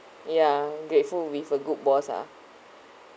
ya grateful with a good boss ah